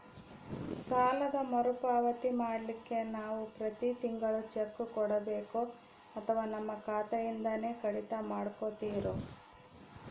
ಸಾಲದ ಮರುಪಾವತಿ ಮಾಡ್ಲಿಕ್ಕೆ ನಾವು ಪ್ರತಿ ತಿಂಗಳು ಚೆಕ್ಕು ಕೊಡಬೇಕೋ ಅಥವಾ ನಮ್ಮ ಖಾತೆಯಿಂದನೆ ಕಡಿತ ಮಾಡ್ಕೊತಿರೋ?